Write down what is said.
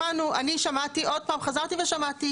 שמענו, אני שמעתי, עוד פעם, חזרתי ושמעתי,